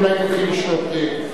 אולי תלכי לשתות קפה,